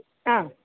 अ